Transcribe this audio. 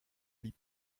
blieb